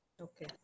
Okay